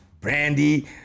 brandy